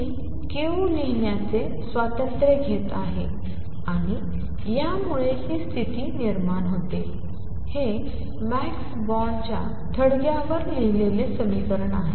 मी q लिहिण्याचे स्वातंत्र्य घेत आहे आणि यामुळे ही स्थिती निर्माण होते हे मॅक्स बॉर्नच्या थडग्यावर लिहिलेले समीकरण आहे